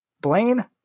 Blaine